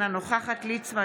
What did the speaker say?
אינה נוכחת יעקב ליצמן,